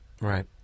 Right